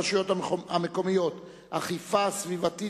אני קובע שהצעת חוק הרשויות המקומיות (אכיפה סביבתית,